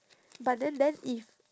but then then if